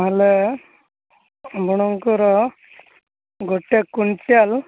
ହେଲେ ଏମାନଙ୍କର ଗୋଟେ କ୍ୱିଣ୍ଟାଲ୍